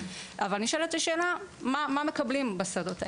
אבל נשאלת השאלה מה מקבלים בשדות האלה.